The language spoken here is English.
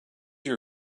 your